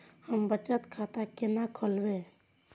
हम बचत खाता केना खोलैब?